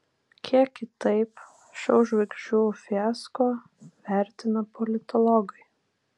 kiek kitaip šou žvaigždžių fiasko vertina politologai